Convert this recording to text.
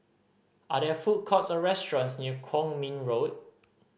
are there food courts or restaurants near Kwong Min Road